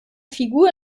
figur